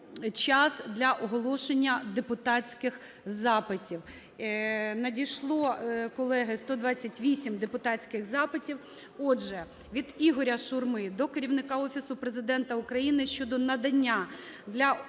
час для оголошення депутатських запитів. Надійшло, колеги, 128 депутатських запитів. Отже, від Ігоря Шурми до керівника Офісу Президента України щодо надання для